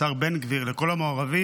לשר בן גביר ולכל המעורבים,